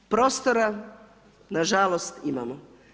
Prostora nažalost imamo.